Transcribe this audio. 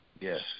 yes